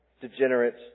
degenerate